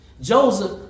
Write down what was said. Joseph